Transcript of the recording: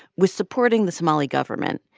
with supporting the somali government.